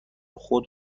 خود